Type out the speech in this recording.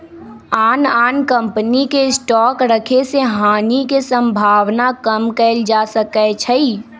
आन आन कम्पनी के स्टॉक रखे से हानि के सम्भावना कम कएल जा सकै छइ